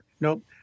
Nope